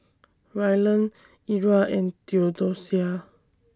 Rylan Era and Theodosia